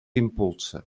impulsa